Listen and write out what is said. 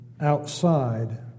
outside